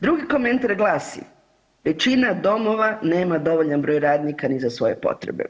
Drugi komentar glasi: „Većina domova nema dovoljan broj radnika ni za svoje potrebe.